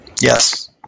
Yes